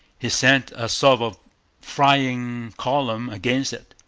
he sent a sort of flying column against it.